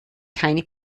keine